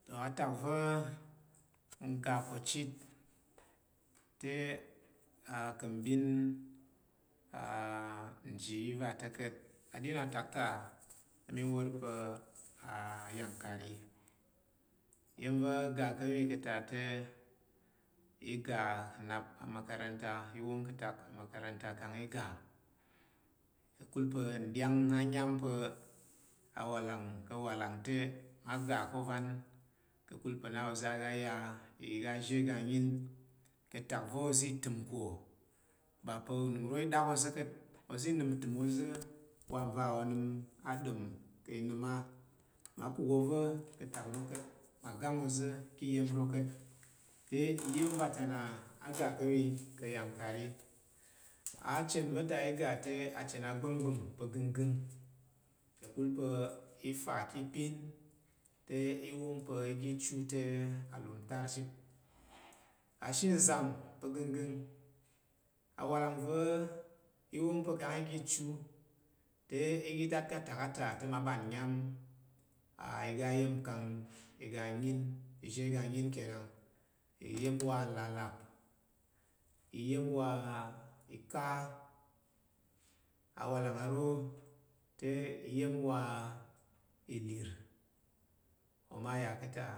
To, akak va̱ n ga̱ ko chit, te ka̱ mɓin nji yi ba ta̱ka̱t. Aɗin atak ta nti wor pa̱ ayangkari. Iya̱n va̱ ga ka̱ yi ka̱ ta te t ga nnan amakaranta, t wong ka̱tak amakaranta kangi ga, ka̱kul. Pa̱ na oza̱ a’ ga a’ ya iga izhe’ iga anyin ka̱tak va̱ ozi itəm ko, ba pa̱ unəm ro i dak oza̱ ka̱t. Ozi nəm ntəm oza̱ wa nva onəm a’ɗom i nəm a’. Mma kul oza̱ ka̱tak ro ka̱t mma gong oza̱ ki iya̱n ro ka̱t. Te iya̱n vata na’ a’ ga ka̱’ yi ka yangkari. Achen va̱ta i ga te achen agb’anggb’ang pa̱ ganggang kakul pa̱ i fa ki ipinte i wong pa̱ i ga i chu te alum ter chit. Ashe nzam pa̱ ganggang. Awalang i wong pa̱ kang t ga t chu, tet ga t dat ka̱ atak ta te mma ɓam nnyam aga iya̱n- nkang iga anyin, izhe ga nyin ke nang. Iya̱n wa nla’lap, iya̱n wa ika. Awalang aro te iyan wa ilir, oma ya ka̱ ta.